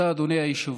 תודה, אדוני היושב-ראש.